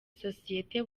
sosiyete